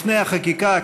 לפני החקיקה,